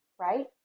Right